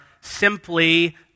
simply